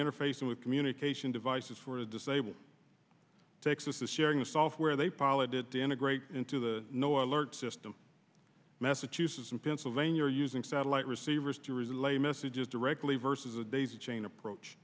interfacing with communication devices for the disabled texas is sharing the software they pilot it to integrate into the no alert system massachusetts and pennsylvania are using satellite receivers to relay messages directly versus a daisy chain approach